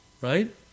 Right